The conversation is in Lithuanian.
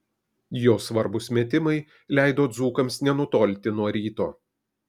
jo svarbūs metimai leido dzūkams nenutolti nuo ryto